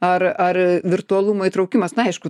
ar ar virtualumo įtraukimas na aišku